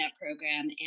program